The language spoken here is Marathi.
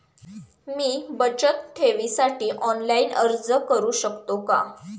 मी बचत ठेवीसाठी ऑनलाइन अर्ज करू शकतो का?